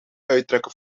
uittrekken